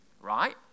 right